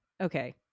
okay